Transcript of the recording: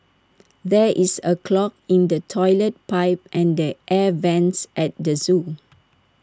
there is A clog in the Toilet Pipe and the air Vents at the Zoo